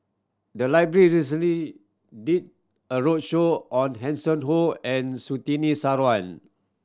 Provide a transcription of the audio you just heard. the library recently did a roadshow on Hanson Ho and Sutini Sarwan